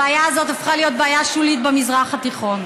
הבעיה הזאת הפכה להיות בעיה שולית במזרח התיכון,